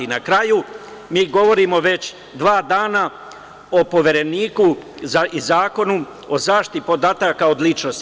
Na kraju, mi govorimo već dva dana o povereniku, o Zakonu o zaštiti podataka ličnosti.